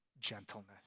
gentleness